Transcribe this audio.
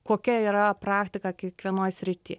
kokia yra praktika kiekvienoje srityje